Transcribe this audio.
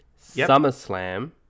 SummerSlam